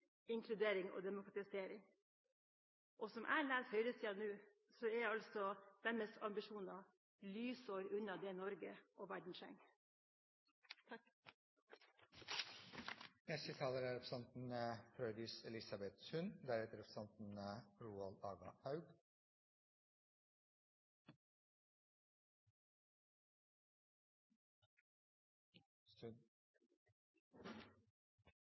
inkludering og demokratisering. Som jeg leser høyresida nå, er deres ambisjoner lysår unna det Norge og verden trenger.